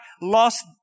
lost